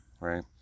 right